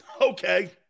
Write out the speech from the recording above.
Okay